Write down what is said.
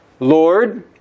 Lord